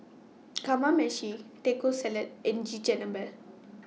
Kamameshi Taco Salad and Chigenabe